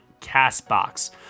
CastBox